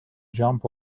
jump